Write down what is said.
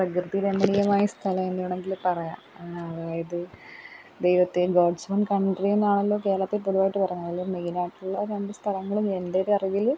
പ്രകൃതി രമണീയമായ സ്ഥലമെന്ന് വേണമെങ്കില് പറയാം അതായത് ദൈവത്തെ ഗോഡ്സ് ഓൺ കൺട്രി എന്നാണല്ലോ കേരളത്തെ പൊതുവായിട്ട് പറഞ്ഞാലും മെയിനായിട്ടുള്ള രണ്ട് സ്ഥലങ്ങളും എന്റെയൊരറിവില്